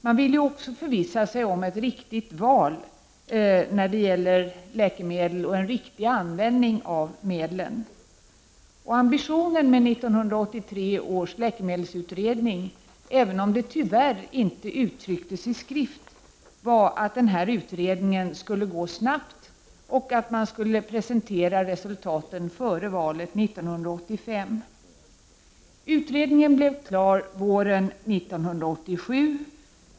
Man ville också förvissa sig om ett riktigt val när det gäller läkemedel och en riktig användning av medlen. Ambitionen med 1983 års läkemedelsutredning, även om det tyvärr inte uttrycktes i skrift, var att utredningen skulle gå snabbt och att man skulle presentera resultaten före valet 1985. Utredningen blev klar våren 1987.